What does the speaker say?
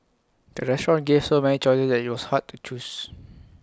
the restaurant gave so many choices that IT was hard to choose